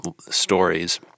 stories